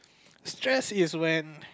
stress is when